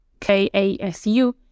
KASU